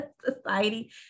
society